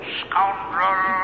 scoundrel